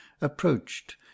approached